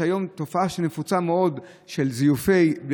לתופעה שנפוצה היום מאוד של זיופי,